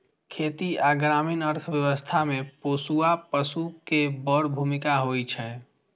खेती आ ग्रामीण अर्थव्यवस्था मे पोसुआ पशु के बड़ भूमिका होइ छै